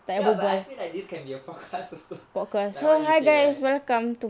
ya but I feel like this can be a podcast also like what you said right